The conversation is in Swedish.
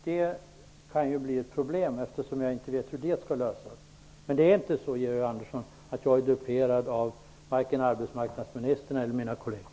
Det kan bli ett problem, eftersom vi inte vet hur det skall lösas. Jag är inte duperad av vare sig arbetsmarknadsministern eller mina kolleger.